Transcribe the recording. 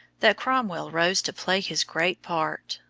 that cromwell rose to play his great part.